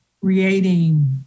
creating